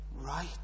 right